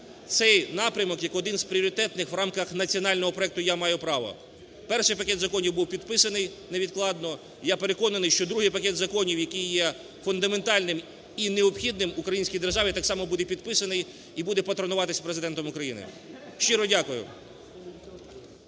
цей напрямок як один з пріоритетних в рамках національного проекту "Я маю право". Перший пакет законів був підписаний невідкладно. Я переконаний, що другий пакет законів, який є фундаментальним і необхідним українській державі, так само буде підписаний і буде патронуватися Президентом України. Щиро дякую.